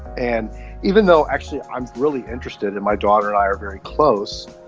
and even though actually i'm really interested in my daughter and i are very close,